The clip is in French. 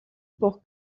pour